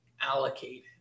allocated